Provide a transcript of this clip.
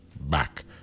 back